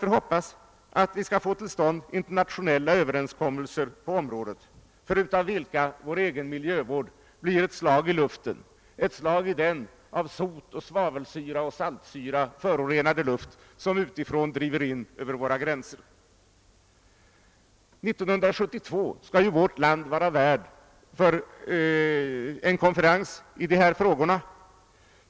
Vi får hoppas att vi skall få till stånd internationella överenskommelser på området, förutan vilka vår egen miljövård blir ett slag i luften — ett slag i den av sot, svavelsyra och saltsyra förorenade luft som utifrån driver in över våra gränser. År 1972 skall vårt eget land vara värd för en konferens om dessa frågor.